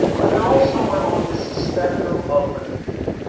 and but they are all somewhere on this spectrum of unusual.